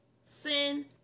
Sin